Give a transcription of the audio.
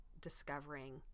discovering